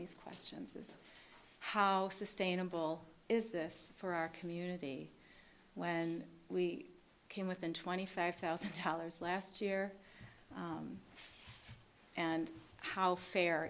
these questions is how sustainable is this for our community when we came within twenty five thousand dollars last year and how fair